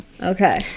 Okay